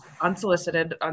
unsolicited